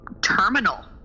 terminal